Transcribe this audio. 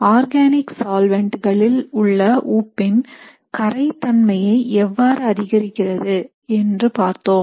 organic சால்வெண்ட்களில் உள்ள உப்பின் கரையும் தன்மையை க்ரௌண் ஈதெர்ஸ் எவ்வாறு அதிகரிக்கிறது என்று பார்த்தோம்